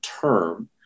term